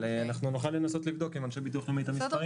אבל אנחנו נוכל לנסות לבדוק עם אנשי ביטוח לאומי את המספרים.